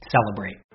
celebrate